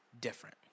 different